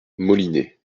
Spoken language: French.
molinet